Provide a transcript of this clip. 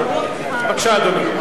בבקשה, אדוני.